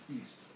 east